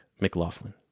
McLaughlin